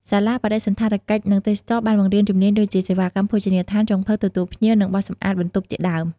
សាលាបដិសណ្ឋារកិច្ច និងទេសចរណ៍ បានបង្រៀនជំនាញដូចជា សេវាកម្មភោជនីយដ្ឋាន ចុងភៅ ទទួលភ្ញៀវ និងបោសសម្អាតបន្ទប់ជាដើម។